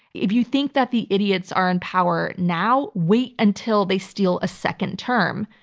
if you think that the idiots are in power now, wait until they steal a second term.